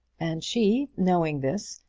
and she, knowing this,